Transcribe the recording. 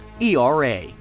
ERA